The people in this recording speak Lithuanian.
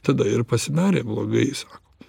tada ir pasidarė blogai sako